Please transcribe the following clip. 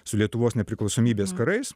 su lietuvos nepriklausomybės karais